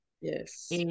Yes